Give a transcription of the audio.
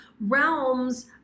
realms